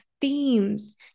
themes